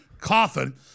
coffin